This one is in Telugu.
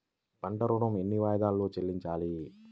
పంట ఋణం ఎన్ని వాయిదాలలో చెల్లించాలి?